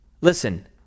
Listen